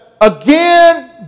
again